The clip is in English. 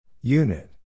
Unit